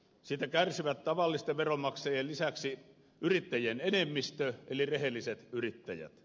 siitä kärsivät tavallisten veronmaksajien lisäksi yrittäjien enemmistö eli rehelliset yrittäjät